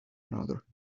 another